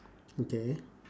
okay